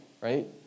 right